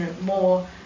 more